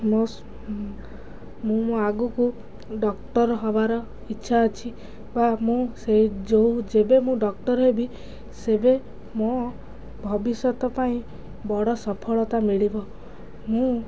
ମୋ ମୁଁ ମୋ ଆଗକୁ ଡକ୍ଟର୍ ହେବାର ଇଚ୍ଛା ଅଛି ବା ମୁଁ ସେଇ ଯେଉଁ ଯେବେ ମୁଁ ଡକ୍ଟର୍ ହେବି ସେବେ ମୋ ଭବିଷ୍ୟତ ପାଇଁ ବଡ଼ ସଫଳତା ମିଳିବ ମୁଁ